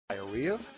Diarrhea